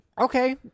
okay